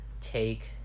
take